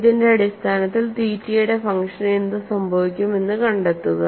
ഇതിന്റെ അടിസ്ഥാനത്തിൽ തീറ്റയുടെ ഫങ്ഷനു എന്ത് സംഭവിക്കും എന്ന് കണ്ടെത്തുക